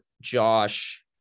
Josh